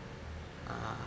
uh uh uh